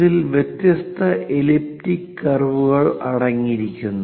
അതിൽ വ്യത്യസ്ത എലിപ്റ്റിക് കർവുകളും അടങ്ങിയിരിക്കുന്നു